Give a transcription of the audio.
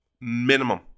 Minimum